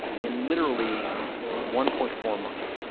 in literally one point four months.